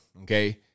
Okay